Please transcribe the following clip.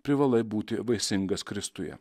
privalai būti vaisingas kristuje